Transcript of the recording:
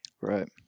Right